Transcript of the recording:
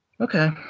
Okay